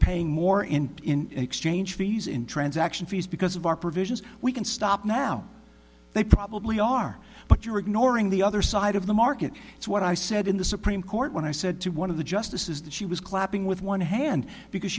paying more and in exchange fees in transaction fees because of our provisions we can stop now they probably are but you're ignoring the other side of the market it's what i said in the supreme court when i said to one of the justices that she was clapping with one hand because